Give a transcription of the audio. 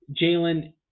Jalen